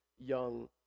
young